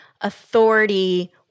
authority